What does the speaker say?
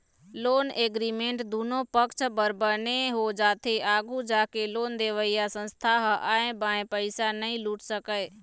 loan agreement दुनो पक्छ बर बने हो जाथे आघू जाके लोन देवइया संस्था ह आंय बांय पइसा नइ लूट सकय